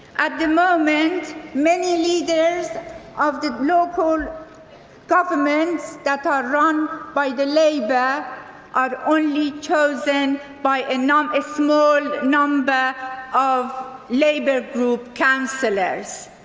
at the moment, many leaders of the local governments that are run by the labour are only chosen by and um a small number of labour group councillors.